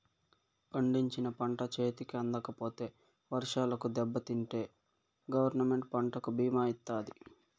పండించిన పంట చేతికి అందకపోతే వర్షాలకు దెబ్బతింటే గవర్నమెంట్ పంటకు భీమా ఇత్తాది